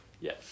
yes